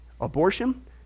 Abortion